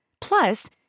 Plus